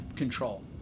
control